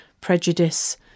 prejudice